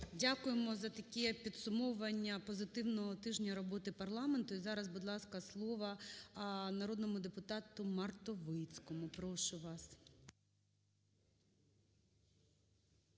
Дякуємо за такі підсумовування позитивного тижня роботи парламенту. І зараз, будь ласка, слово народному депутату Мартовицькому, прошу вас.